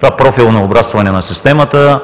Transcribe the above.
Това профилно обрастване на системата